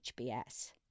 HBS